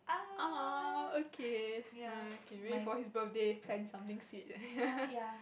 !aw! okay [hurhur] okay wait for his birthday plan something sweet